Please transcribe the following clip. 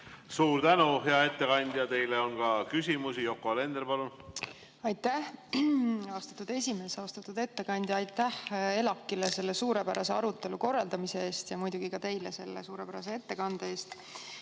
Suur tänu, hea ettekandja! Teile on ka küsimusi. Yoko Alender, palun! Aitäh, austatud esimees! Austatud ettekandja! Aitäh ELAK-ile selle suurepärase arutelu korraldamise eest ja muidugi ka teile selle suurepärase ettekande eest!